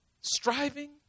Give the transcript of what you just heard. striving